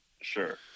sure